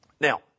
Now